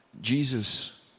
Jesus